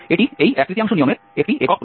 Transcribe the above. এটি এই এক তৃতীয়াংশ নিয়মের একটি একক প্রয়োগ